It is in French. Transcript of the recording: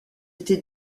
été